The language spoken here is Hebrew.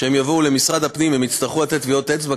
כשהם יבואו למשרד הפנים הם יצטרכו לתת טביעות אצבע,